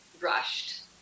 rushed